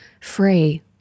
free